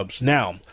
Now